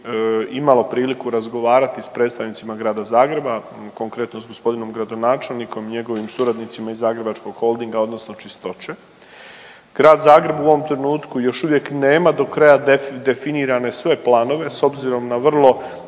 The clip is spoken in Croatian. imalo priliku razgovarati s predstavnicima Grada Zagreba, konkretno s g. gradonačelnikom i njegovim suradnicima iz Zagrebačkog Holdinga odnosno Čistoće. Grad Zagreb u ovom trenutku još uvijek nema do kraja definirane sve planove s obzirom na vrlo